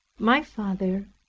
my father,